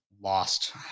lost